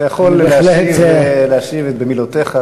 אתה יכול להשיב במילותיך,